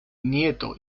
nieto